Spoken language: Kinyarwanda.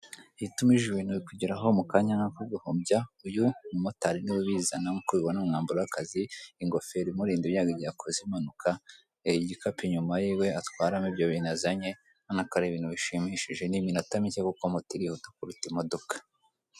Ibintu byaroroshye ntukiva iwawe ujyiye gushaka ibintu runaka ku kigo cyangwa se ahandi hantu, rero nawe nakugira inama yo kujya ubitumiza wibereye i wawe kuko birafasha cyane, kuri iki kirango biragaragara hariho ikinyabiziga kibitwara amazi, nimero zabo za terefone wabahamagaraho ndetse n'inshuti bifashisha bari guteka.